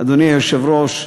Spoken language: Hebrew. אדוני היושב-ראש,